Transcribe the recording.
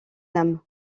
nam